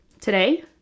Today